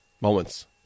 moments